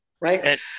right